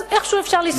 אז איכשהו אפשר לשרוד,